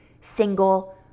single